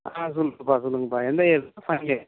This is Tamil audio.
ஆ சொல்லுங்கப்பா சொல்லுங்கப்பா எந்த இயருப்பா ஃபைனல் இயர்